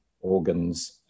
organs